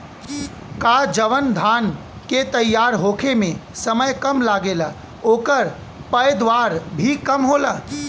का जवन धान के तैयार होखे में समय कम लागेला ओकर पैदवार भी कम होला?